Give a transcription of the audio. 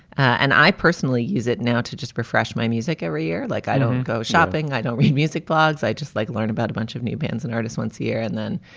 and i personally use it now to just refresh my music every year. like, i don't go shopping. i don't read music blogs. i just, like, learn about a bunch of new bands and artist once a year and then,